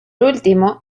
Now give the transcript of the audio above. último